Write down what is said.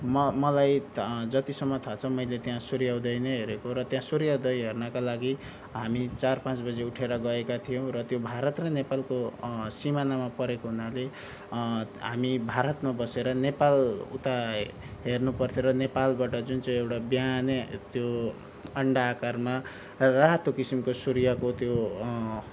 म मलाई त जतिसम्म थाह छ मैले त्यहाँ सूर्योदय नै हेरेको र त्यहाँ सूर्योदय हेर्नका लागि हामी चार पाँच बजे उठेर गएका थियौँ र त्यो भारत र नेपालको सिमानामा परेको हुनाले हामी भारतमा बसेर नेपाल उता हेर्नुपर्थ्यो र नेपालबाट जुन चाहिँ एउटा बिहानै त्यो अन्डा आकारमा रातो किसिमको सूर्यको त्यो